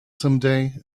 someday